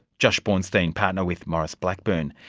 josh bornstein, partner with maurice blackburn.